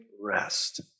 rest